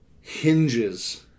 hinges